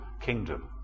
kingdom